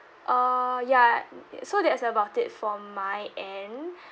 uh ya so that's about it for my end